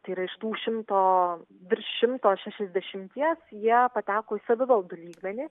tai yra iš tų šimto virš šimto šešiasdešimties jie pateko į savivaldų lygmenį